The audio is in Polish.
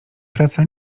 praca